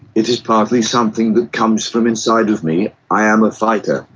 it is partly something that comes from inside of me. i am a fighter,